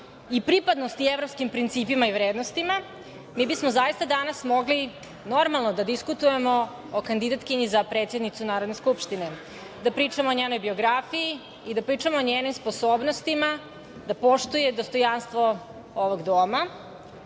i pripadnosti evropskim principima i vrednostima, mi bismo zaista danas mogli normalno da diskutujemo o kandidatkinji za predsednicu Narodne skupštine, da pričamo o njenoj biografiji i da pričamo o njenim sposobnostima, da poštuje dostojanstvo ovog doma